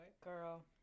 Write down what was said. girl